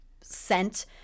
scent